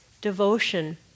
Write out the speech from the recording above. devotion